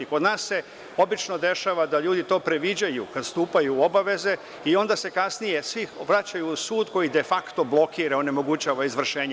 Kod nas se obično dešava da ljudi to previđaju, kada stupaju u obaveze i onda se kasnije svi vraćaju u sud koji de fakto blokira, onemogućava izvršenje.